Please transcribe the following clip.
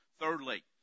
Thirdly